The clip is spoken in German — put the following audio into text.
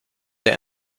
der